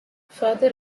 further